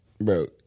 Bro